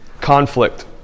conflict